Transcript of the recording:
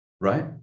right